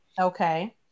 Okay